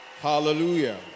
Hallelujah